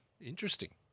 interesting